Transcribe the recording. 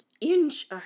inch